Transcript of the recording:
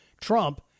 Trump